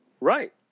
Right